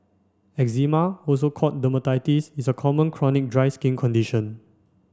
eczema also called dermatitis is a common chronic dry skin condition